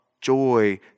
joy